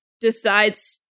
decides